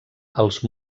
els